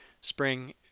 spring